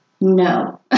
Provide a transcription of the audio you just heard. No